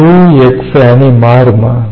முழு X அணி மாறுமா